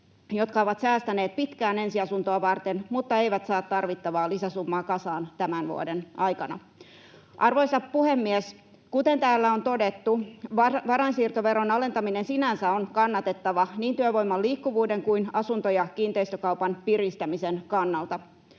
jotka ovat säästäneet pitkään ensiasuntoa varten mutta eivät saa tarvittavaa lisäsummaa kasaan tämän vuoden aikana? Arvoisa puhemies! Kuten täällä on todettu, varainsiirtoveron alentaminen sinänsä on kannatettavaa niin työvoiman liikkuvuuden kuin asunto- ja kiinteistökaupan piristämisen kannalta.